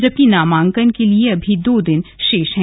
जबकि नामांकन के लिए अभी दो दिन भोश हैं